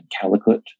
Calicut